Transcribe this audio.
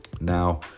now